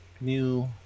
new